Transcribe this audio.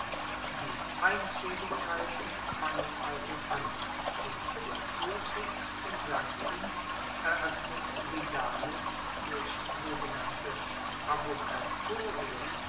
die feindseligkeiten fangen also an und der kurfürst von sachsen eröffnet sie damit durch sogenannte